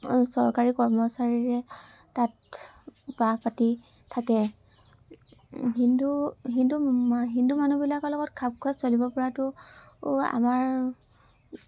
চৰকাৰী কৰ্মচাৰীৰে তাত বাহ পাতি থাকে হিন্দু হিন্দু হিন্দু মানুহবিলাকৰ লগত খাপ খুৱাই চলিব পৰাতো আমাৰ